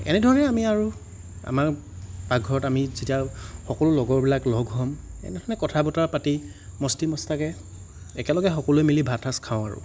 এনেধৰণে আমি আৰু আমাৰ পাকঘৰত আমি যেতিয়া সকলো লগৰবিলাক লগ হ'ম এনে ধৰণে কথা বতৰা পাতি মষ্টি মষ্টাকে একেলগে সকলোৱে মিলি ভাত সাঁজ খাওঁ আৰু